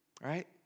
right